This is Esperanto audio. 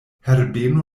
herbeno